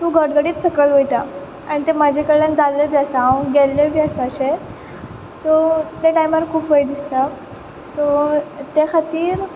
तूं गडगडीत सकयल वयता आन तें म्हजे कडल्यान जाल्लें बी आसा हांव गेल्लें बी आसा अशें सो ते टायमार खूब भंय दिसता सो त्या खातीर